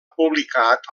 publicat